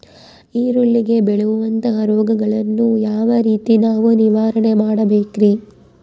ಈರುಳ್ಳಿಗೆ ಬೇಳುವಂತಹ ರೋಗಗಳನ್ನು ಯಾವ ರೇತಿ ನಾವು ನಿವಾರಣೆ ಮಾಡಬೇಕ್ರಿ?